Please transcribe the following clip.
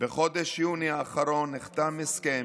בחודש יוני האחרון נחתם הסכם